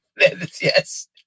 Yes